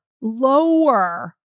lower